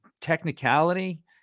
technicality